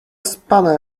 spanner